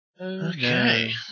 Okay